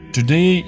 Today